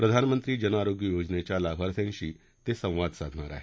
प्रधानमंत्री जन आरोग्य योजनेच्या लाभार्थ्यांशी ते संवाद साधणार आहेत